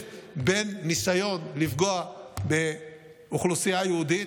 בין ניסיון לפגוע באוכלוסייה היהודית,